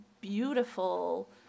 beautiful